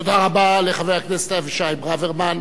תודה רבה לחבר הכנסת אבישי ברוורמן.